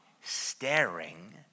staring